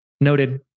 noted